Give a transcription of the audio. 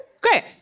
Great